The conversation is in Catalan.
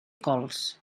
cols